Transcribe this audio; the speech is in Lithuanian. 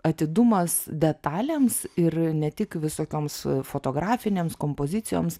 atidumas detalėms ir ne tik visokioms fotografinėms kompozicijoms